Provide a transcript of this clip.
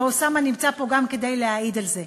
ואוסאמה נמצא פה גם כדי להעיד על זה: